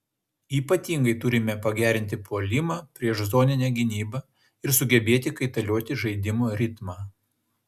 ypatingai turime pagerinti puolimą prieš zoninę gynybą ir sugebėti kaitalioti žaidimo ritmą